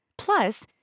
Plus